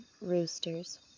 roosters